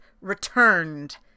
returned